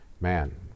man